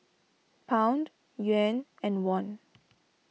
Pound Yuan and Won